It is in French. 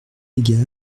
égard